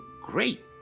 great